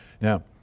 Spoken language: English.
Now